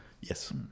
Yes